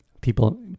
people